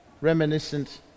reminiscent